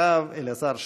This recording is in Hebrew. אחריו, אלעזר שטרן,